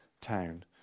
town